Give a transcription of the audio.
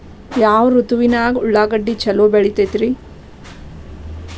ಯಾವ ಋತುವಿನಾಗ ಉಳ್ಳಾಗಡ್ಡಿ ಛಲೋ ಬೆಳಿತೇತಿ ರೇ?